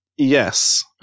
yes